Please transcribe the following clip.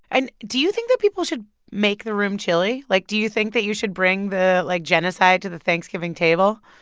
and do you think that people should make the room chilly? like, do you think that you should bring the, like, genocide to the thanksgiving table?